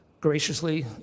Graciously